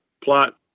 plot